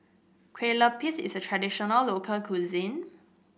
Kueh Lupis is a traditional local cuisine